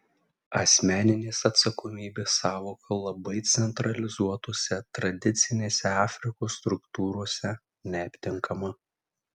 asmeninės atsakomybės sąvoka labai centralizuotose tradicinėse afrikos struktūrose neaptinkama